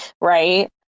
right